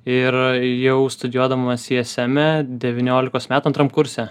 ir jau studijuodamas i es eme devyniolikos metų antram kurse